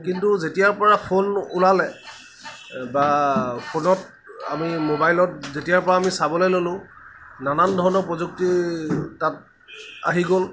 কিন্তু যেতিয়াৰ পৰা ফোন ওলালে বা ফোনত আমি মোবাইলত যেতিয়াৰ পৰা আমি চাবলৈ ললোঁ নানান ধৰণৰ প্ৰযুক্তি তাত আহি গ'ল